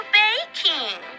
baking